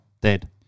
Dead